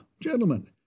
gentlemen